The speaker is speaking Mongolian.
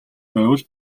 байвал